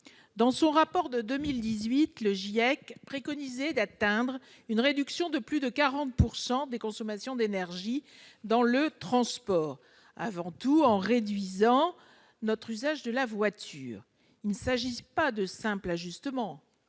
l'évolution du climat préconisait d'atteindre une réduction de plus de 40 % des consommations d'énergie dans les transports, tout d'abord en réduisant notre usage de la voiture. Il ne s'agit pas de simples ajustements,